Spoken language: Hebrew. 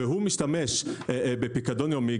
והוא משתמש בפיקדון יומי,